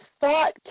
thought